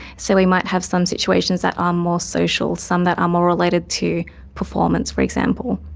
so we might have some situations that are more social, some that are more related to performance, for example.